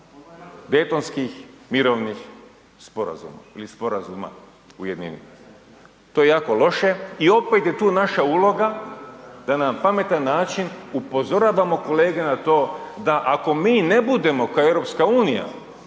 sporazuma ili sporazuma u jednini. To je jako loše i opet je tu naša uloga da na pametan način upozoravamo kolege na to da ako mi ne budemo kao EU na